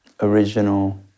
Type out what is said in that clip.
original